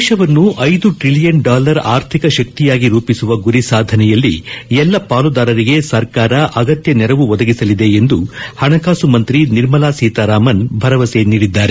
ದೇಶವನ್ನು ಐದು trillion dollar ಆರ್ಥಿಕ ಶಕ್ತಿಯಾಗಿ ರೂಪಿಸುವ ಗುರಿ ಸಾಧನೆಯಲ್ಲಿ ಎಲ್ಲ ಪಾಲುದಾರರಿಗೆ ಸರ್ಕಾರ ಅಗತ್ಯ ನೆರವು ಒದಗಿಸಲಿದೆ ಎಂದು ಹಣಕಾಸು ಮಂತ್ರಿ ನಿರ್ಮಲಾ ಸೀತಾರಾಮನ್ ಭರವಸೆ ನೀಡಿದ್ದಾರೆ